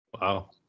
Wow